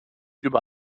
über